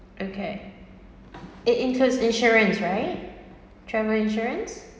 okay it includes insurance right travel insurance